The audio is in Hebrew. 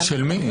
שלי מי?